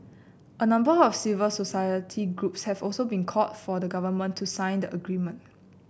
a number of civil society groups have also called for the Government to sign the agreement